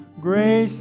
grace